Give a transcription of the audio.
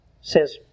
says